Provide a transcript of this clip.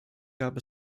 gab